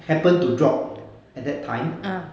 happen to drop at that time